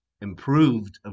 improved